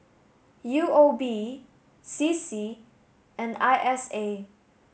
U O B C C and I S A